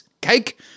cake